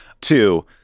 Two